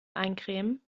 eincremen